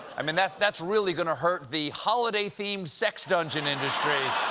i mean that's that's really going to hurt the holiday-themed sex dungeon industry.